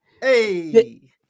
hey